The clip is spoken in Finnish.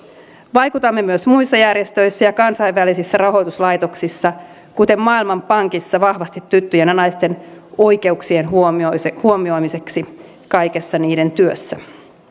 vaikutamme myös muissa järjestöissä ja kansainvälisissä rahoituslaitoksissa kuten maailmanpankissa vahvasti tyttöjen ja naisten oikeuksien huomioimiseksi huomioimiseksi kaikessa niiden työssä